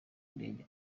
ndege